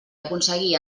aconseguir